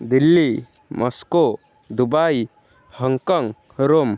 Delhi Moscow Dubai Hong Kong Rome